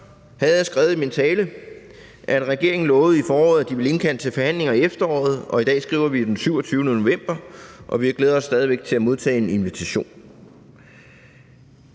havde jeg skrevet i min tale, at regeringen i foråret lovede, at de ville indkalde til forhandlinger i efteråret, og i dag skriver vi den 27. november, og vi glæder os stadig væk til at modtage en invitation.